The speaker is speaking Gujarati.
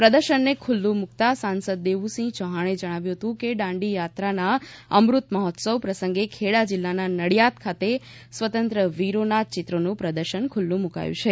પ્રદર્શનને ખુલ્લું મૂકતા સાંસદ દેવુંસિંહ ચૌહાણે જણાવ્યું કે દાંડીયાત્રાના અમૃત મહોત્સવ પ્રસંગે ખેડા જિલ્લાના નડિયાદ ખાતે સ્વાતંત્ર્ય વીરોના ચિત્રોનું પ્રદર્શન ખુલ્લું મુકાયું છે